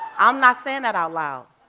i'm not saying that out loud.